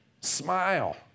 smile